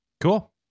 Cool